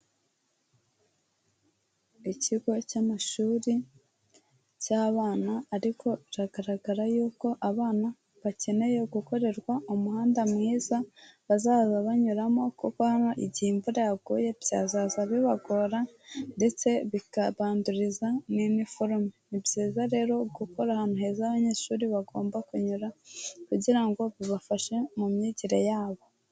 Ikigo cy'amashuri cy'abana, ariko biragaragara yuko abana bakeneye gukorerwa umuhanda mwiza bazajya banyuramo, kuko hano igihe imvura yaguye byazaza bibagora ndetse bikabanduriza n'iniforume. Ni byiza rero gukora ahantu heza abanyeshuri bagomba kunyura, kugira ngo bibafashe mu myigire yabo.